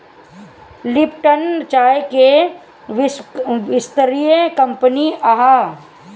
Lipton चाय के विश्वस्तरीय कंपनी हअ